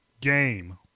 game